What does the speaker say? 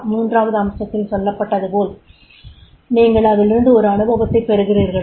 3 ஆவது அம்சத்தில் சொல்லப்ட்டதுபோல நீங்கள் அதிலிருந்து ஒரு அனுபவத்தை பெறுகிறீர்களா